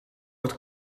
het